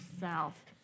south